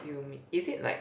cumin is it like